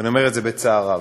ואני אומר את זה בצער רב: